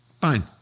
Fine